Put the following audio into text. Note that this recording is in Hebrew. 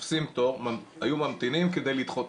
תופסים תור והיו ממתינים כדי לדחות,